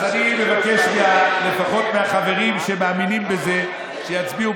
אז אני מבקש לפחות מהחברים שמאמינים בזה שיצביעו